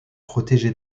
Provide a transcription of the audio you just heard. protégées